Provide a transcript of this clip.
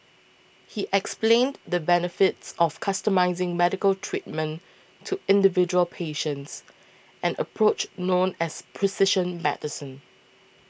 he explained the benefits of customising medical treatment to individual patients an approach known as precision medicine